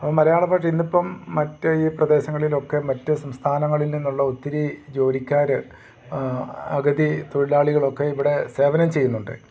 അപ്പം മലയാള ഭാഷ ഇന്നിപ്പം മറ്റ് ഈ പ്രദേശങ്ങളിലൊക്കെ മറ്റു സംസ്ഥാനങ്ങളിൽ നിന്നുള്ള ഒത്തിരി ജോലിക്കാർ അഗതി തൊഴിലാളികളൊക്കെ ഇവിടെ സേവനം ചെയ്യുന്നുണ്ട്